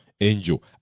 angel